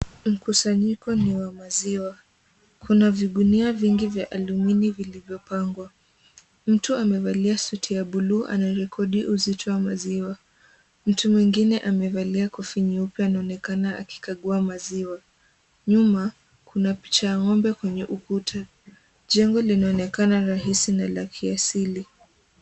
Mkusanyiko ni wa maziwa. Kuna vigulio vingi vya alumini vilivyopangwa. Mtu amevalia suti ya buluu anarekodi uzito wa maziwa. Mtu mwingine amevalia kofia nyeupe anaonekana akikagua maziwa. Nyuma kuna picha ya ng'ombe kwenye ukuta. Jengo linaonekana rahisi na la kiasili.